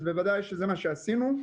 אז בוודאי שזה מה שעשינו,